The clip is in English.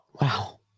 Wow